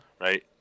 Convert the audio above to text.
Right